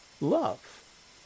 love